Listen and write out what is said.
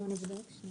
רק רציתי לוודא שזה